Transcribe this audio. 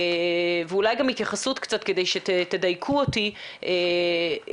ואולי גם התייחסות קצת כדי שתדייקו אותי בנושא